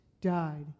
died